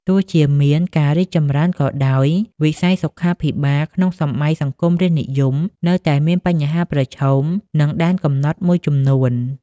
ទោះជាមានការរីកចម្រើនក៏ដោយ វិស័យសុខាភិបាលក្នុងសម័យសង្គមរាស្រ្តនិយមនៅតែមានបញ្ហាប្រឈម និងដែនកំណត់មួយចំនួន។